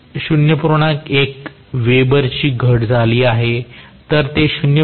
1वेबरची घट झाली असेल तर ते0